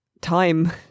time